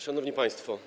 Szanowni Państwo!